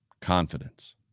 Confidence